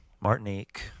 Martinique